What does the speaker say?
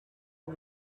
des